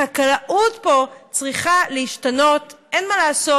החקלאות פה צריכה להשתנות, אין מה לעשות.